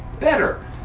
better